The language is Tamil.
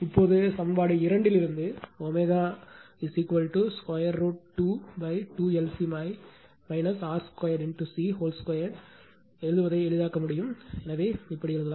இப்போது சமன்பாடு 2 இலிருந்து ω√22எழுதுவதை எளிதாக்க முடியும் எனவே இப்படி எழுதலாம்